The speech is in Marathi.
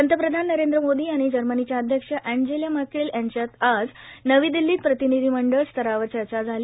पंतप्रधान नरेंद्र मोदी आणि जर्मनीच्या अध्यक्ष अँजेला मर्केल यांच्यात आज नवी दिल्लीत प्रतिनिधी मंडळ स्तरावर चर्चा झाली